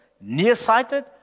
nearsighted